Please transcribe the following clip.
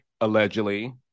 allegedly